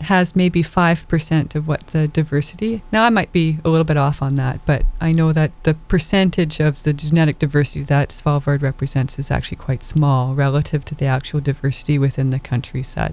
has maybe five percent of what diversity now i might be a little bit off on that but i know that the percentage of the genetic diversity that alford represents is actually quite small relative to the actual diversity within the countries that